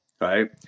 right